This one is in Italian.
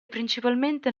principalmente